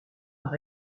par